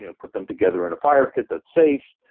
you know put them together in a fire pit that's safe,